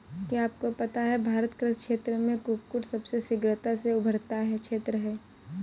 क्या आपको पता है भारत कृषि क्षेत्र में कुक्कुट सबसे शीघ्रता से उभरता क्षेत्र है?